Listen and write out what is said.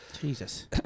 Jesus